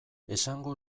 esango